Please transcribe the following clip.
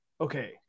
okay